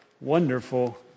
wonderful